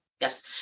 Yes